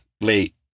late